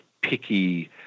picky